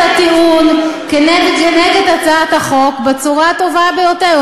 הטיעון נגד הצעת החוק בצורה הטובה ביותר,